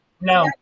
No